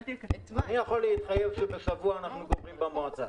אני יכול להתחייב שבשבוע אנחנו מסיימים במועצה.